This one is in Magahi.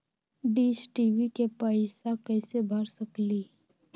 डिस टी.वी के पैईसा कईसे भर सकली?